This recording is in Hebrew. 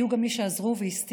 היו גם מי שעזרו והסתירו,